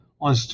on